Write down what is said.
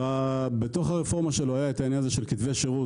בתוך הרפורמה היה את העניין של כתבי שירות